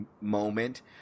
moment